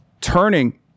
turning